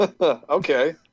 okay